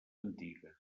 antigues